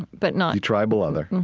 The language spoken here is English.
but not, the tribal other.